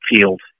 field